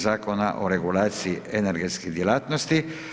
Zakona o regulaciji energetske djelatnosti.